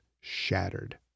shattered